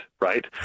Right